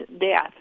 death